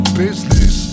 business